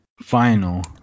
final